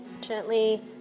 Gently